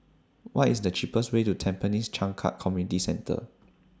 What IS The cheapest Way to Tampines Changkat Community Centre